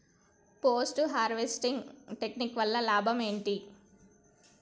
Post harvesting technique వల్ల లాభం ఏంటి?